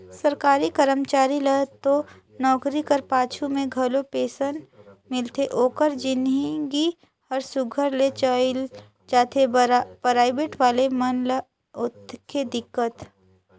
सरकारी करमचारी ल तो नउकरी कर पाछू में घलो पेंसन मिलथे ओकर जिनगी हर सुग्घर ले चइल जाथे पराइबेट वाले मन ल होथे दिक्कत